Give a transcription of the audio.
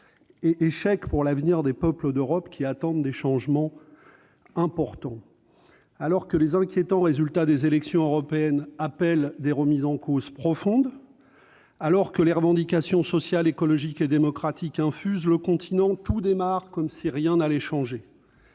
aussi pour l'avenir des peuples d'Europe, qui attendent des changements importants. Alors que les inquiétants résultats des élections européennes appellent des remises en cause profondes, alors que les revendications sociales, écologiques et démocratiques infusent à travers le continent, tout démarre comme si rien n'allait changer.